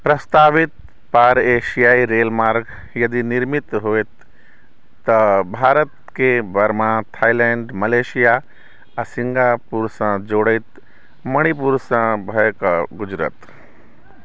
प्रस्तावित पार एशियाइ रेलमार्ग यदि निर्मित होएत तऽ भारतकेँ बर्मा थाईलैंड मलेशिया आ सिन्गापुरसँ जोड़ैत मणिपुरसँ भए कऽ गुजरत